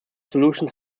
solutions